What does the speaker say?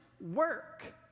work